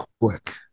quick